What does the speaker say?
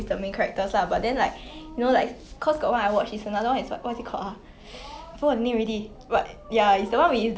oh